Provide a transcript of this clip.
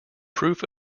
proof